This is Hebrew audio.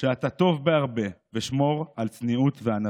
כשאתה טוב בהרבה / ושמור על צניעות וענווה.